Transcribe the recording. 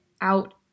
out